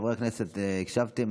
חברי הכנסת, הקשבתם.